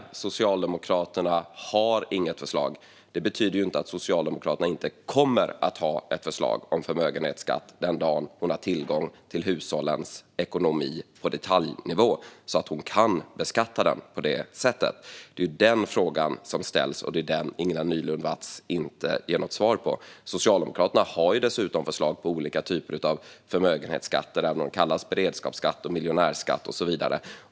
Att Socialdemokraterna inte har något förslag betyder ju inte att Socialdemokraterna inte kommer att ha ett förslag om förmögenhetsskatt den dag de har tillgång till information om hushållens ekonomi på detaljnivå och kan beskatta den på det sättet. Det är den frågan som ställs, och det är den frågan Ingela Nylund Watz inte ger något svar på. Socialdemokraterna har dessutom förslag på olika typer av förmögenhetsskatter, även om de kallas beredskapsskatt, miljonärsskatt och så vidare.